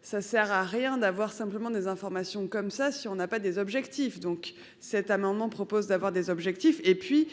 ça sert à rien d'avoir simplement des informations comme ça, si on n'a pas des objectifs donc cet amendement propose d'avoir des objectifs et puis.